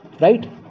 Right